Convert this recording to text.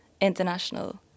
international